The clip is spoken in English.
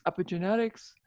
epigenetics